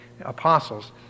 apostles